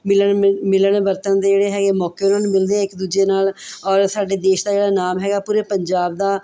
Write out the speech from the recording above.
ਮਿਲਣ ਮਿਲ ਮਿਲਣ ਵਰਤਣ ਦੇ ਜਿਹੜੇ ਹੈਗੇ ਮੌਕੇ ਉਹਨਾਂ ਨੂੰ ਮਿਲਦੇ ਇੱਕ ਦੂਜੇ ਨਾਲ ਔਰ ਸਾਡੇ ਦੇਸ਼ ਦਾ ਜਿਹੜਾ ਨਾਮ ਹੈਗਾ ਪੂਰੇ ਪੰਜਾਬ ਦਾ